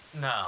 No